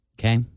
Okay